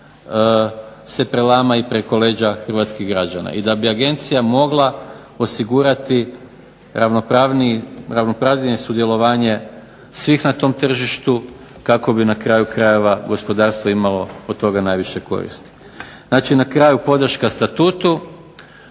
se prelama preko leđa Hrvatskih građana i da bi Agencija mogla osigurati ravnopravnije sudjelovanje svih na tom tržištu kako bi gospodarstvo na kraju krajeva od toga imalo najviše koristi. Znači na kraju podrška Statutu,